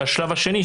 השלב השני,